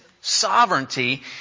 sovereignty